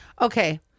Okay